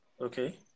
okay